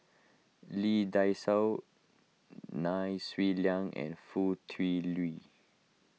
Lee Dai Soh Nai Swee Leng and Foo Tui Liew